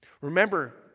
Remember